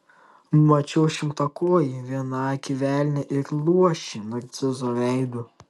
mačiau šimtakojį vienakį velnią ir luošį narcizo veidu